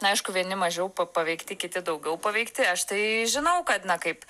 aišku vieni mažiau p paveikti kiti daugiau paveikti aš tai žinau kad na kaip